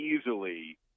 easily